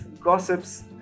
gossips